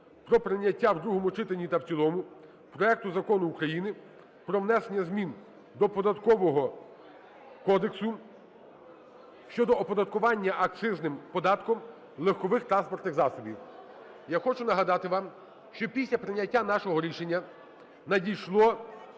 про прийняття в другому читанні та в цілому проекту Закону України "Про внесення змін до Податкового кодексу щодо оподаткування акцизним податком легкових транспортних засобів". Я хочу нагадати вам, що після прийняття нашого рішення надійшло